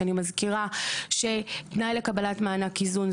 אני מזכירה שתנאי לקבלת מענק איזון זה